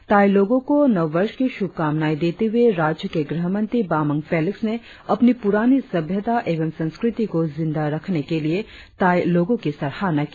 ताइ लोगों को नववर्ष की शुभकामनाएं देते हुए राज्य के गृहमंत्री बामंग फेलिक्स ने अपनी पुरानी सभ्यता एवं संस्कृति को जिंदा रखने के लिए ताइ लोगों की सराहना की